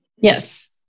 Yes